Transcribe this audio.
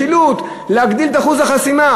משילות, להגדיל את אחוז החסימה.